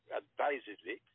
advisedly